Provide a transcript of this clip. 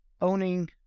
owning